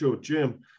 Jim